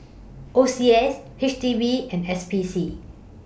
O C S H D B and S P C